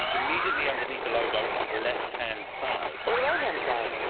immediately underneath the logo on the left-hand side. or the right-hand side.